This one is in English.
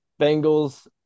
Bengals